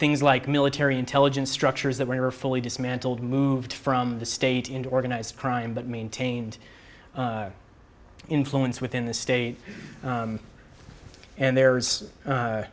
things like military intelligence structures that were never fully dismantled moved from the state into organized crime but maintained influence within the state and there's